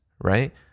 right